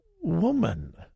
woman